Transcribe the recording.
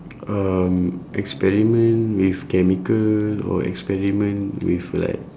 um experiment with chemical or experiment with like